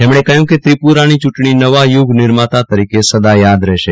તેમણે કહ્યું કે ત્રિપુરાની ચૂંટણી નવા યુગ નિર્માતા તરીકે સદા યાદ રહેશે